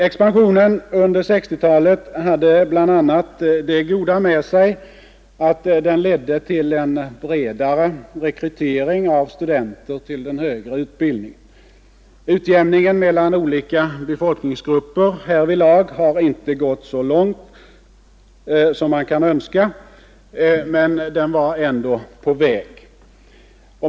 Expansionen under 1960-talet hade bl.a. det goda med sig att den ledde till en bredare rekrytering av studenter till den högre utbildningen. Utjämningen mellan olika befolkningsgrupper härvidlag har inte gått så långt som man kan önska, men den var ändå på väg.